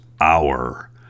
hour